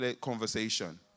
conversation